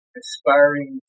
aspiring